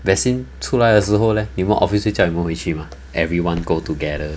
vaccine 出来的时候 leh 你们 office 会叫你们回去 mah everyone go together